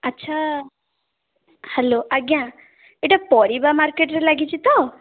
ଆଛା ହ୍ୟାଲୋ ଆଜ୍ଞା ଏଇଟା ପରିବା ମାର୍କେଟ୍ରେ ଲାଗିଛି ତ